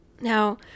Now